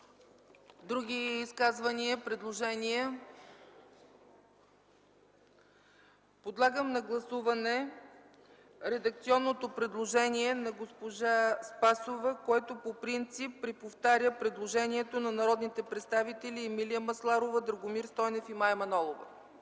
Други предложения? Няма. Подлагам на гласуване редакционното предложение на госпожа Спасова, което по принцип преповтаря предложенията на народните представители Емилия Масларова, Драгомир Стойнев и Мая Манолова.